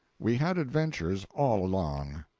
we had adventures all along.